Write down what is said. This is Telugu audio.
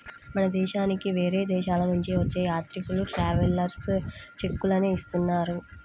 మన దేశానికి వేరే దేశాలనుంచి వచ్చే యాత్రికులు ట్రావెలర్స్ చెక్కులనే ఇస్తున్నారు